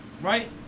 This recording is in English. right